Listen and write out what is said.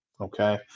Okay